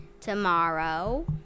Tomorrow